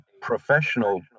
professional